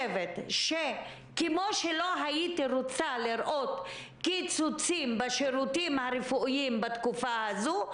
כמו שלא הייתי רוצה לראות קיצוצים בשירותים הרפואיים בתקופה הזו,